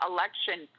Election